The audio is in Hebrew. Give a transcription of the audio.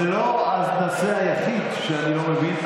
זה לא הנושא היחיד שאני לא מבין,